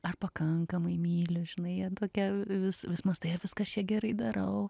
ar pakankamai myli žinai tokia vis vis mąstai ar viską aš čia gerai darau